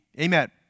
Amen